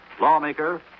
lawmaker